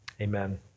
Amen